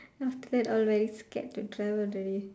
then after that I very scared to travel the way